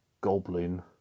Goblin